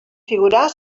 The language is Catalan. figurar